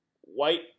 white